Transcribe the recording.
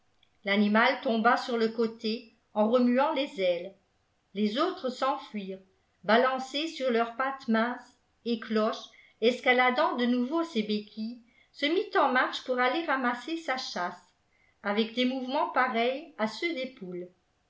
l'animal tomba sur le côté en remuant les ailes les autres s'enfuirent balancés sur leurs pattes minces et cloche escaladant de nouveau ses béquilles se mit en marche pour aller ramasser sa chasse avec des mouvements pareils à ceux des poules